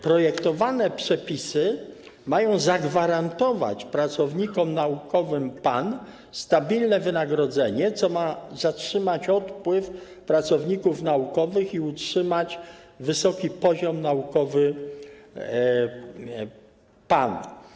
Projektowane przepisy mają zagwarantować pracownikom naukowym PAN stabilne wynagrodzenie, co ma zatrzymać odpływ pracowników naukowych i utrzymać wysoki poziom naukowy PAN.